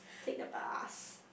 take the bus